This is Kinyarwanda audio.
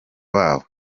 babo